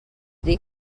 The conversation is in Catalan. dir